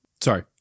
sorry